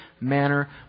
manner